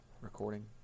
recording